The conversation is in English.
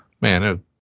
man